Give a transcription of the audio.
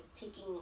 taking